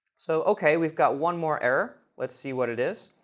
so ok, we've got one more error. let's see what it is.